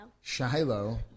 Shiloh